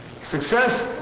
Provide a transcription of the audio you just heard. Success